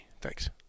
Thanks